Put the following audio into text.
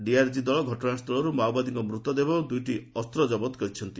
DRG ଦଳ ଘଟଣାସ୍ଥଳରୁ ମାଓବାଦଙ୍କ ମୃତଦେହ ଏବଂ ଦୁଇଟି ଅସ୍ତ କବତ କରିଛି